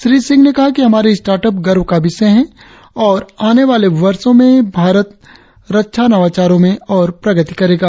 श्री सिंह ने कहा कि हमारे स्टार्ट अप गर्व का विषय है और आने वाले वर्षों में भारत रक्षा नवाचारों में और प्रगति करेगा